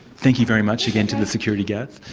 thank you very much again to the security guards.